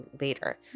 later